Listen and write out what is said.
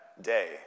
day